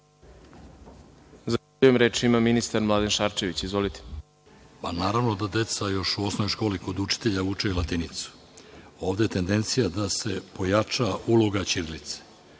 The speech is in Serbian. Zahvaljujem. Reč ima ministar Mladen Šarčević. Izvolite. **Mladen Šarčević** Naravno da deca još u osnovnoj školi, kod učitelja, uče i latinicu. Ovde je tendencija da se pojača uloga ćirilice.